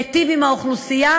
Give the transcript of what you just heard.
להיטיב עם האוכלוסייה,